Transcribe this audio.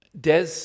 Des